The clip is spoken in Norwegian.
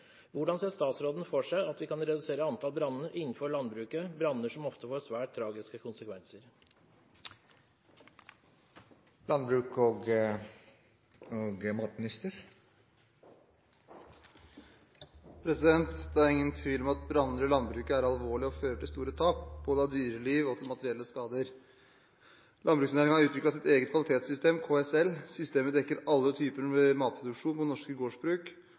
Hvordan ser statsråden for seg at vi kan redusere antall branner innenfor landbruket, branner som ofte får svært tragiske konsekvenser?» Det er ingen tvil om at branner i landbruket er alvorlige og fører til store tap av dyreliv og til materielle skader. Landbruksnæringen har utviklet sitt eget kvalitetssystem, KSL. Systemet dekker alle typer matproduksjon på norske gårdsbruk